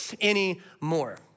anymore